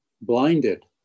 blinded